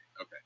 Okay